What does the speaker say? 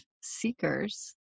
seekers